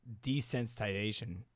desensitization